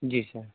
جی سر